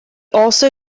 also